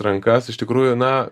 rankas iš tikrųjų na